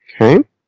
Okay